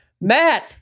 Matt